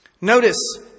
Notice